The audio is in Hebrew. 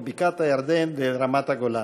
אל בקעת הירדן ואל רמת הגולן.